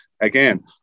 Again